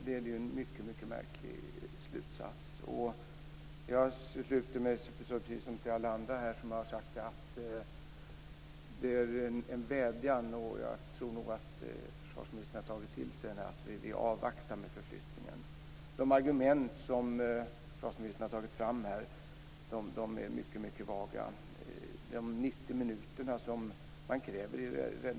Det är en mycket märklig slutsats. Jag ansluter mig till alla andra i den vädjan, som jag tror att försvarsministern har tagit till sig, nämligen att man skall avvakta med förflyttningen. De argument som försvarsministern tagit fram är mycket vaga. I räddningstjänstlagen säger man att 90 minuter är en vettig tid.